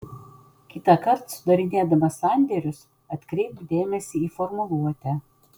kitąkart sudarinėdamas sandėrius atkreipk dėmesį į formuluotę